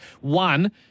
one